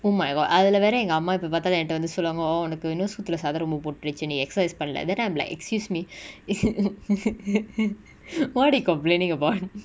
oh my god அதுலவேர எங்க அம்மா எப்ப பாத்தாலு என்ட வந்து சொல்லுவாங்க:athulavera enga amma eppa paathalu enta vanthu solluvanga oh ஒனக்கு இன்னு சுத்துல சதுரமு போட்றுசுனு நீ:onaku innu suthula sathuramu potruchunu nee exercise பன்னல:pannala then I'm like excuse me what they complaining about